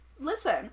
Listen